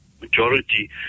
majority